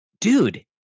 dude